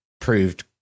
proved